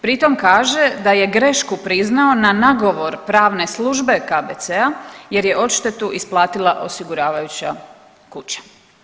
Pritom kaže da je grešku priznao na nagovor pravne službe KBC-a jer je odštetu isplatila osiguravajuća kuća.